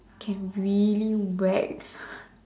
can really whack